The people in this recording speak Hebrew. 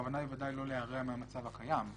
הכוונה היא בוודאי לא להרע מהמצב הקיים.